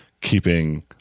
keeping